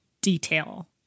detail